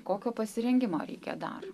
kokio pasirengimo reikia dar